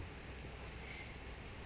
so